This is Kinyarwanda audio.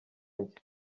nshya